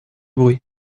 bruit